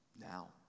Now